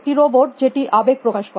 একটি রোবট যেটি আবেগ প্রকাশ করে